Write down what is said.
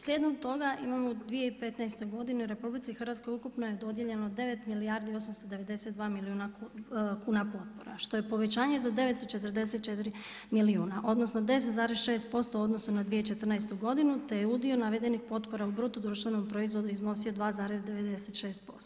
Slijedom toga imamo u 2015. godini u Republici Hrvatskoj ukupno je dodijeljeno 9 milijardi i 892 milijuna kuna potpora što je povećanje za 944 milijuna, odnosno 10,6 posto u odnosu na 2014. godinu, te je udio navedenih potpora u bruto društvenom proizvodu iznosio 2,96%